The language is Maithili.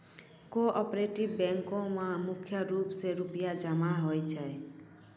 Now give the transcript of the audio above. कोऑपरेटिव बैंको म मुख्य रूप से रूपया जमा होय छै